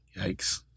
Yikes